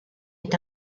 est